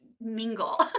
mingle